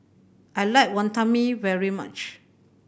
I like Wantan Mee very much